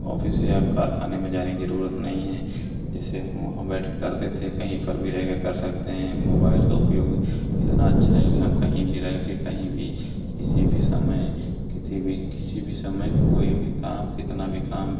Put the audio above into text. office या कारख़ाने में जाने की ज़रूरत नहीं है जैसे उ वहाँ बैठ करते थे कहीं पर भी रहकर कर सकते हैं मोबाइल का उपयोग इतना अच्छा है कि हम कहीं भी रह के कहीं भी किसी भी समय किसी भी किसी भी समय कोई भी काम कितना भी काम